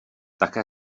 také